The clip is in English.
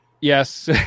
Yes